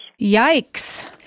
Yikes